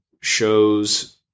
shows